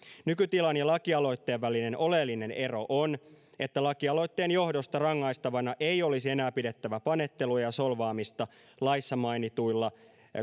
nykytilan ja lakialoitteen välinen oleellinen ero on että lakialoitteen johdosta rangaistavana ei olisi enää pidettävä panettelua ja solvaamista laissa mainituilla